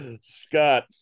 Scott